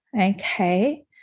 okay